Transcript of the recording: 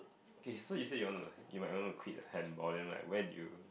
K so you say you wanna you might wanna quit handball then like when do you